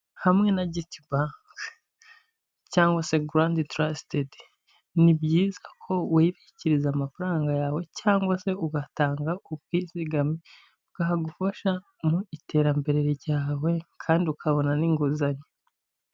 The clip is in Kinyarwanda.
Hamwe na GT bank cyangwa se grand trasted, ni byiza ko wibikiriza amafaranga yawe cyangwa se ugatanga ubwizigame bwagufasha mu iterambere ryawe kandi ukabona n'inguzanyo.